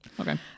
okay